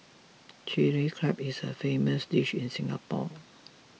Chilli Crab is a famous dish in Singapore